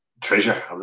treasure